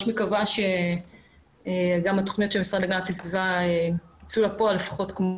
מקווה שגם התוכנית של המשרד להגנת הסביבה תצא לפועל לפחות כמו